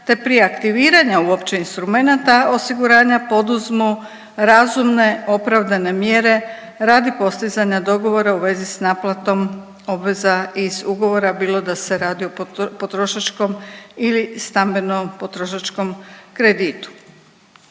te prije aktiviranja uopće instrumenata osiguranja poduzmu razumne opravdane mjere radi postizanja dogovora u vezi s naplatom obveza iz ugovora bilo da se radi o potrošačkom ili stambeno potrošačkom kreditu.